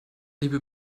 liebe